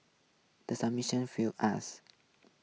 the summition failed us